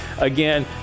Again